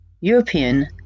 European